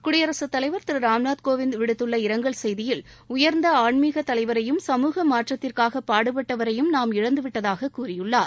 குடியரசுத் தலைவர் திரு ராம்நாத் கோவிந்த் விடுத்துள்ள இரங்கல் செய்தியில் உயர்ந்த ஆன்மிக தலைவரையும் சமூக மாற்றத்திற்காக பாடுபட்டவரையும் நாம் இழந்துவிட்டதாக கூறியுள்ளார்